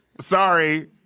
Sorry